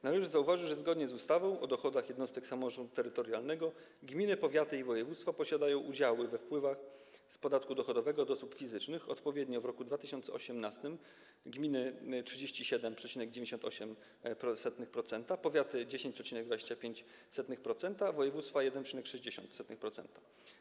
Należy zauważyć, że zgodnie z ustawą o dochodach jednostek samorządu terytorialnego gminy, powiaty i województwa posiadają udziały we wpływach z podatku dochodowego od osób fizycznych, odpowiednio w roku 2018: gminy - 37,98%, powiaty - 10,25%, województwa - 1,60%.